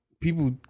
people